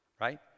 Right